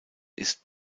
ist